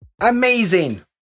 amazing